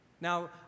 Now